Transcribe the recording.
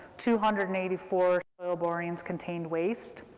two hundred and eighty four soil borings contained waste,